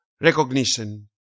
recognition